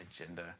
agenda